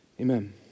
amen